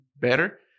better